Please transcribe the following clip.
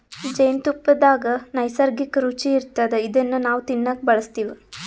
ಜೇನ್ತುಪ್ಪದಾಗ್ ನೈಸರ್ಗಿಕ್ಕ್ ರುಚಿ ಇರ್ತದ್ ಇದನ್ನ್ ನಾವ್ ತಿನ್ನಕ್ ಬಳಸ್ತಿವ್